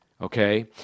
Okay